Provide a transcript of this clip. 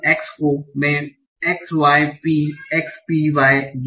x को मैं xypxpy